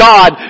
God